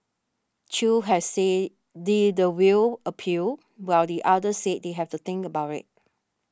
Chew has said the the will appeal while the other said they have to think about it